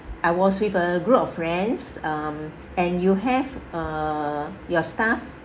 I was with a group of friends um and you have uh your staff